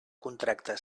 contracte